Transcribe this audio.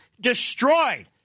destroyed